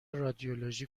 رادیولوژی